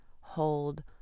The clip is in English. hold